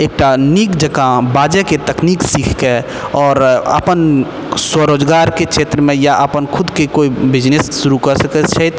एक टा नीक जकाँ बाजैके तकनीक सीखके आओर अपन स्वरोजगारके क्षेत्रमे या अपन खुदके कोइ बिजनेस शुरू कऽ सकैत छथि